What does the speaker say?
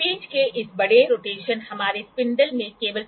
यह एंगल है और यहाँ एंगल भी है हम सीधे मापते हैं ठीक है